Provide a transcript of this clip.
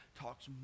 talks